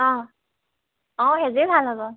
অঁ অঁ সেইযোৰে ভাল হ'ব